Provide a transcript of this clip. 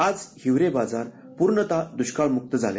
आज हिवरे बाजार पूर्णतः दृष्काळमृक्त झाले